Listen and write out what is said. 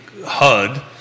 HUD